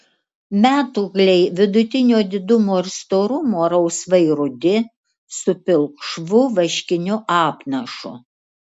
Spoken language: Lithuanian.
metūgliai vidutinio didumo ir storumo rausvai rudi su pilkšvu vaškiniu apnašu